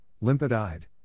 limpid-eyed